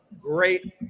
great